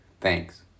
Thanks